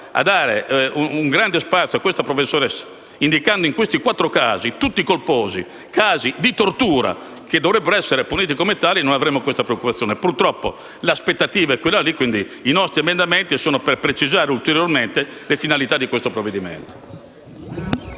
fa un grande spazio a questo professore, indicando questi quattro casi di tortura, tutti colposi, che dovrebbero essere puniti come tali, noi non avremmo questa preoccupazione. Purtroppo l'aspettativa è quella e pertanto i nostri emendamenti sono volti a precisare ulteriormente le finalità di questo provvedimento.